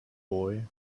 boy